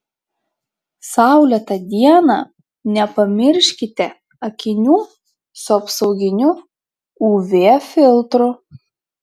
saulėtą dieną nepamirškite akinių su apsauginiu uv filtru